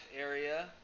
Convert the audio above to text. area